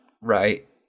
right